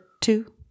two